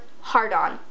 hard-on